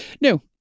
No